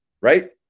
right